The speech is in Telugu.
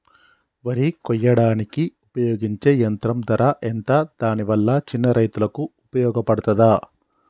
వరి కొయ్యడానికి ఉపయోగించే యంత్రం ధర ఎంత దాని వల్ల చిన్న రైతులకు ఉపయోగపడుతదా?